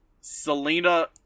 Selena